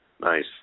Nice